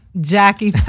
Jackie